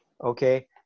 Okay